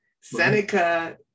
Seneca